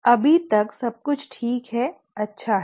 अभी तक सब कुछ ठीक है अच्छा है